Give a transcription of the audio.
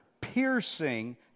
piercing